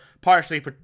partially